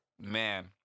man